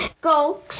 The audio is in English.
go